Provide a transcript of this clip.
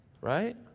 right